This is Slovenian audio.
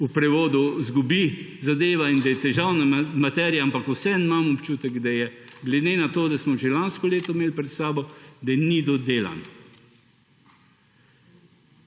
v prevodu izgubi zadeva in da je težavna materija, ampak vseeno imam občutek, da glede na to, da smo že lansko leto imeli pred sabo, da ni dodelan.